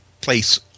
place